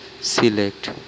select